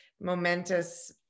momentous